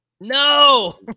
No